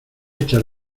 echar